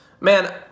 Man